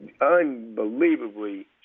unbelievably